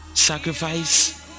sacrifice